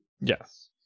yes